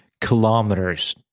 kilometers